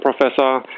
Professor